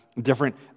different